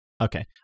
Okay